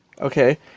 Okay